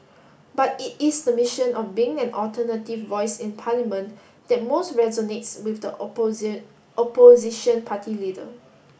but it is the mission of being an alternative voice in Parliament that most resonates with the opposition party leader